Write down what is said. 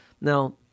Now